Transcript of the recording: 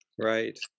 Right